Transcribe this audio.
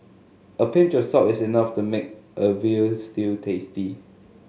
a pinch of salt is enough to make a veal stew tasty